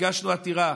הגשנו עתירה.